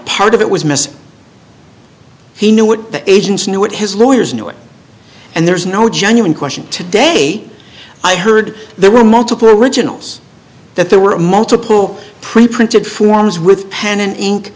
part of it was missing he knew what the agents knew what his lawyers knew it and there's no genuine question today i heard there were multiple originals that there were multiple preprinted forms with pen and ink